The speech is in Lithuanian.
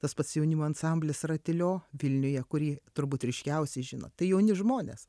tas pats jaunimo ansamblis ratilio vilniuje kurį turbūt ryškiausiai žino tai jauni žmonės